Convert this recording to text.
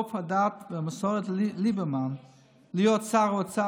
לרודף הדת והמסורת ליברמן להיות שר אוצר